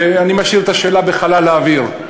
ואני משאיר את השאלה בחלל האוויר: